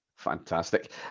Fantastic